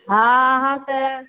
हँ अहाँके